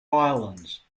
islands